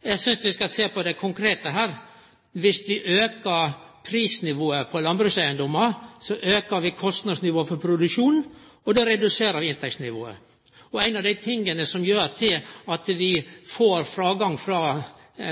Eg synest vi skal sjå på det konkrete her: Dersom vi aukar prisnivået på landbrukseigedommar, aukar vi kostnadsnivået for produksjonen, og då reduserer vi inntektsnivået, og ein av dei tinga som gjer at vi får fråfall frå